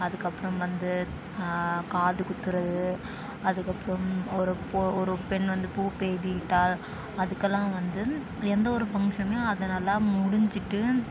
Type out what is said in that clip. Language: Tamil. அதுக்கப்புறம் வந்து காதுகுத்துவது அதுக்கப்புறம் ஒரு பொ ஒரு பெண் வந்து பூப்பெய்தி விட்டாள் அதுக்கெலாம் வந்து எந்த ஒரு ஃபங்க்ஷனுமே அது நல்லா முடிஞ்சுட்டு